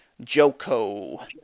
Joko